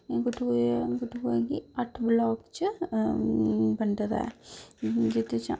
अट्ठ ब्लॉक च बंडे दा ऐ जेह्के